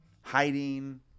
Hiding